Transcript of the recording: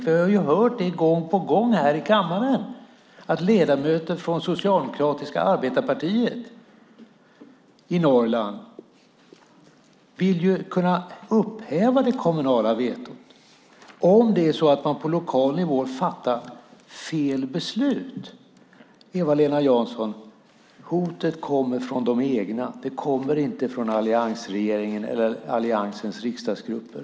Vi har hört gång på gång här i kammaren att ledamöter från Socialdemokratiska arbetarepartiet i Norrland vill upphäva det kommunala vetot om man på lokal nivå fattar "fel" beslut. Hotet kommer från de egna, Eva-Lena Jansson, inte från alliansregeringens eller Alliansens riksdagsgrupper.